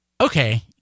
Okay